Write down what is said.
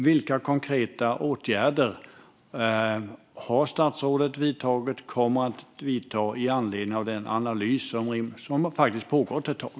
Vilka konkreta åtgärder har statsrådet vidtagit och vilka kommer han att vidta med anledning av den analys som nu faktiskt har pågått ett tag?